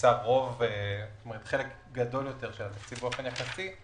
מבוצע חלק גדול יותר של התקציב באופן יחסי,